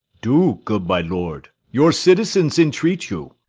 do, good my lord your citizens entreat you.